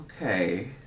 Okay